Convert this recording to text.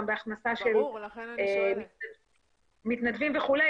גם בהכנסה של מתנדבים וכולי,